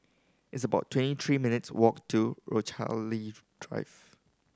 it's about twenty three minutes' walk to Rochalie Drive